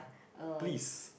please